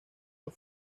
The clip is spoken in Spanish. los